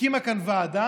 הקימה כאן ועדה,